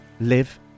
live